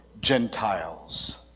Gentiles